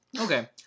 Okay